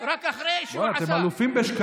רק אחרי שהוא עשה.